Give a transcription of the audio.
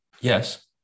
yes